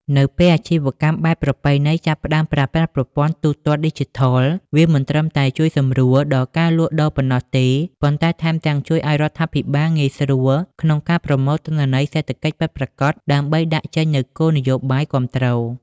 នៅពេលអាជីវកម្មបែបប្រពៃណីចាប់ផ្ដើមប្រើប្រាស់ ប្រព័ន្ធទូទាត់ឌីជីថល វាមិនត្រឹមតែជួយសម្រួលដល់ការលក់ដូរប៉ុណ្ណោះទេ ប៉ុន្តែថែមទាំងជួយឱ្យរដ្ឋាភិបាលងាយស្រួលក្នុងការប្រមូល ទិន្នន័យសេដ្ឋកិច្ចពិតប្រាកដ ដើម្បីដាក់ចេញនូវគោលនយោបាយគាំទ្រ។